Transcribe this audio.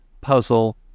Puzzle